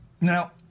Now